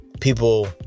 people